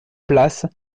place